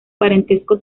parentesco